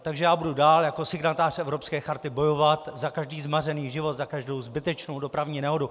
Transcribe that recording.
Takže já budu dál jako signatář Evropské charty bojovat za každý zmařený život, za každou zbytečnou dopravní nehodu.